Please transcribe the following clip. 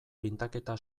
pintaketa